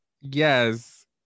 Yes